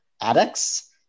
addicts